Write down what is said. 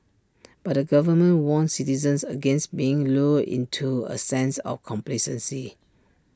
but the government warned citizens against being lulled into A sense of complacency